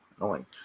Annoying